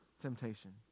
temptation